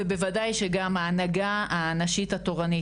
ובוודאי שגם ההנהגה הנשית התורנית.